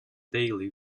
daily